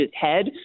head